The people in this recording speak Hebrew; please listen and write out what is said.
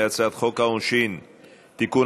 להצעת חוק העונשין (תיקון,